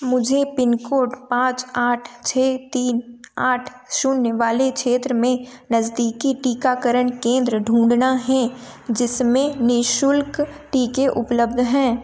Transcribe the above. मुझे pin code पाँच आठ छः तीन आठ शून्य वाले क्षेत्र में नज़दीकी टीकाकरण केंद्र ढूंढना है जिसमें निःशुल्क टीके उपलब्ध हैं